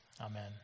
Amen